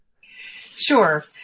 Sure